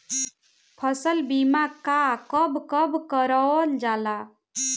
फसल बीमा का कब कब करव जाला?